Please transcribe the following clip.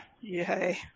yay